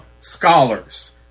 scholars